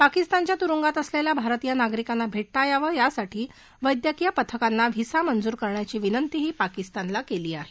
पाकिस्तानच्या तुरुंगात असलेल्या भारतीय नागरिकांना भे ता यावं यासाठी वैद्यकीय पथकांना व्हिसा मंजूर करण्याची विनंतीही पाकिस्तानला केली आहे